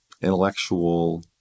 intellectual